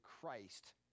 Christ